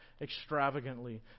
extravagantly